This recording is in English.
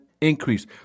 increase